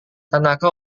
tanaka